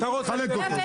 תחלק אותו,